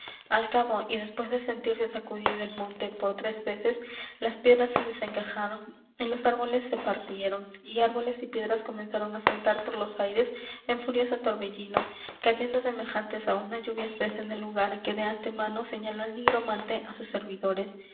al cabo y después de sentirse sacudido el monte por tres veces las piedras se desencajaron y los árboles se partieron y árboles y piedras comenzaron á saltar por los aires en furioso torbellino cayendo semejantes á una lluvia espesa en el lugar que de antemano señaló el nigromante á sus servidores